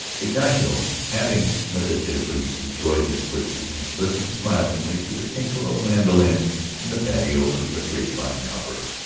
ignacio, having meditatively enjoyed his whiskey and listened smilingly to the tinkle of a mandolin in the patio under a grape-vine arbor,